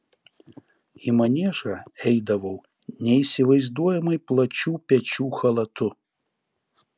į maniežą eidavau neįsivaizduojamai plačių pečių chalatu